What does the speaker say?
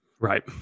Right